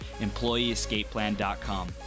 EmployeeEscapePlan.com